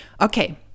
okay